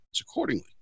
accordingly